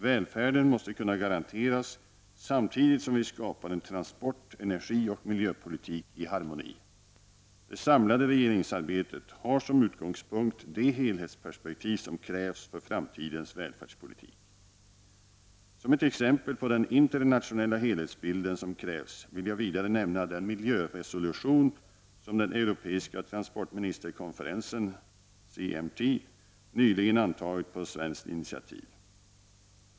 Välfärden måste kunna garanteras samtidigt som vi skapar en transport-, energioch miljöpolitik i harmoni. Det samlade regeringsarbetet har som utgångspunkt det helhetsperspektiv som krävs för framtidens välfärdspolitik. Som ett exempel på den internationella helhetsbild som krävs vill jag vidare nämna den miljöresolution som den europeiska transportministerkonferensen, CEMT, nyligen antagit på svenskt initiativ.